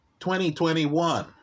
2021